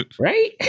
Right